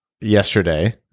Yesterday